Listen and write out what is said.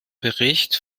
bericht